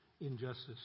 injustice